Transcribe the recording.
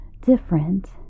different